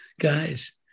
guys